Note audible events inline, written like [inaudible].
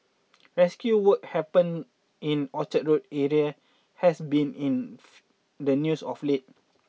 rescue work happen in the Orchard Road area has been in [unintelligible] the news of late